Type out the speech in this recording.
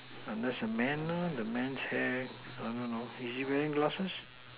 there's a man lah the man chair I don't know is he wearing glasses